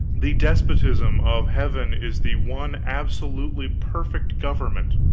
the despotism of heaven is the one absolutely perfect government.